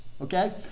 Okay